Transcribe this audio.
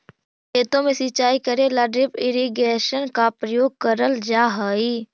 खेतों में सिंचाई करे ला ड्रिप इरिगेशन का प्रयोग करल जा हई